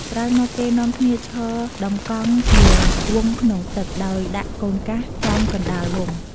ក្រោយមកគេនាំគ្នាឈរដំកង់ជាវង់ក្នុងទឹក ដោយដាក់ "កូនកាស" ចំកណ្ដាលវង់។